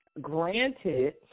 granted